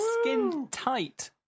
skin-tight